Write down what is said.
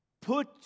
put